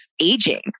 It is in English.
aging